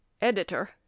EDITOR